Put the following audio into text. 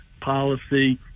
policy